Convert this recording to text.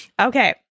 Okay